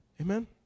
Amen